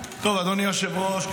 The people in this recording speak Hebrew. אדוני היושב-ראש,